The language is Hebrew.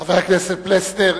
חבר הכנסת פלסנר,